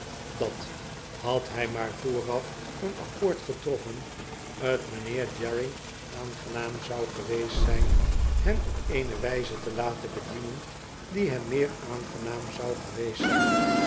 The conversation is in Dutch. dat had hij maar vooraf een accoord getroffen t mijnheer jairing aangenaam zou geweest zijn hem op eene wijze te laten bedienen die hem meer aangenaam zou geweest zijn